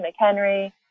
McHenry